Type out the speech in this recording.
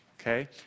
okay